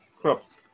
crops